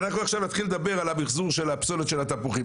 אנחנו נתחיל עכשיו לדבר על המחזור של הפסולת של התפוחים,